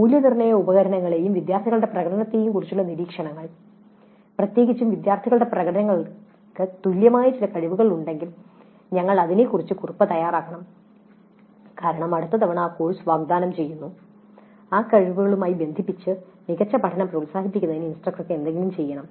മൂല്യനിർണ്ണയ ഉപകരണങ്ങളെയും വിദ്യാർത്ഥികളുടെ പ്രകടനത്തെയും കുറിച്ചുള്ള നിരീക്ഷണങ്ങൾ പ്രത്യേകിച്ചും വിദ്യാർത്ഥികളുടെ പ്രകടനങ്ങൾക്ക് തുല്യമായ ചില കഴിവുകൾ ഉണ്ടെങ്കിൽ ഞങ്ങൾ അതിനെക്കുറിച്ച് ഒരു കുറിപ്പ് തയ്യാറാക്കണം കാരണം അടുത്ത തവണ കോഴ്സ് വാഗ്ദാനം ചെയ്യുന്നു ആ കഴിവുകളുമായി ബന്ധപ്പെട്ട് മികച്ച പഠനം പ്രോത്സാഹിപ്പിക്കുന്നതിന് ഇൻസ്ട്രക്ടർ എന്തെങ്കിലും ചെയ്യണം